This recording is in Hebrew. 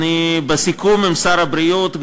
בסיכום עם שר הבריאות,